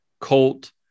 Colt